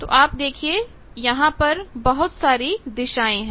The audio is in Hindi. तो आप देखिए यहां पर बहुत सी दिशाए हैं